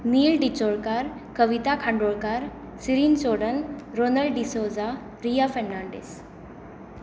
नील Bicholkar Kavita Kandolkar Sirin Chodan Ronal D'Souza Riya Fernandes